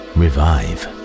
revive